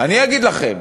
אני אגיד לכם,